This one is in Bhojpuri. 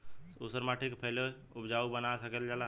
ऊसर माटी के फैसे उपजाऊ बना सकेला जा?